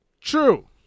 True